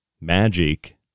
magic